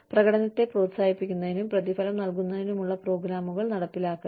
പ്രകടനത്തെ പ്രോത്സാഹിപ്പിക്കുന്നതിനും പ്രതിഫലം നൽകുന്നതിനുമുള്ള പ്രോഗ്രാമുകൾ നടപ്പിലാക്കൽ